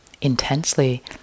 intensely